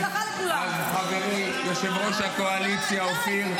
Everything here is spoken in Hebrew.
אז חברי יושב-ראש הקואליציה אופיר,